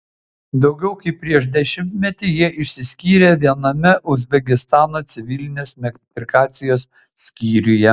daugiau kaip prieš dešimtmetį jie išsiskyrė viename uzbekistano civilinės metrikacijos skyriuje